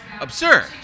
absurd